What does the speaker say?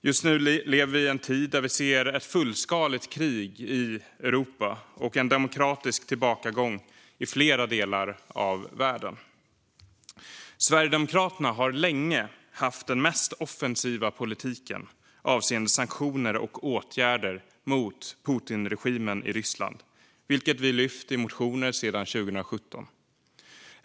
Just nu lever vi i en tid där vi ser ett fullskaligt krig i Europa och en demokratisk tillbakagång i flera delar av världen. Sverigedemokraterna har länge haft den mest offensiva politiken avseende sanktioner och åtgärder mot Putinregimen i Ryssland, vilket vi lyft i motioner sedan 2017.